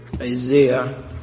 Isaiah